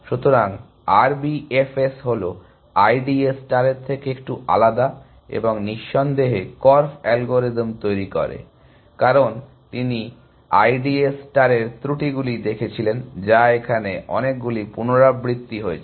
সুতরাং R B F S হলো I D A স্টারের থেকে একটু আলাদা এবং নিঃসন্দেহে কর্ফ অ্যালগরিদম তৈরি করে কারণ তিনি I D A স্টারের ত্রুটিগুলি দেখেছিলেন যা এখানে অনেকগুলি পুনরাবৃত্তি হয়েছে